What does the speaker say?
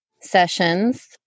sessions